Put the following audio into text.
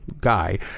guy